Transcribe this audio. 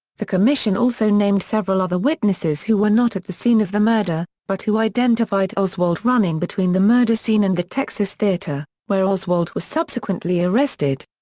the commission also named several other witnesses who were not at the scene of the murder but who identified oswald running between the murder scene and the texas theater, where oswald was subsequently arrested.